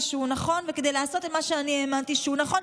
שהוא נכון וכדי לעשות את מה שאני האמנתי שהוא נכון.